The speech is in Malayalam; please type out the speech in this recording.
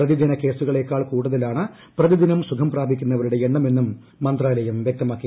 പ്രതിദിന കേസുകളെക്കാൾ കൂടുതലാണ് പ്രതിദിനം സുഖം പ്രാപിക്കുന്നവരുടെ എണ്ണം എന്നും മന്ത്രാലയം വ്യക്തമാക്കി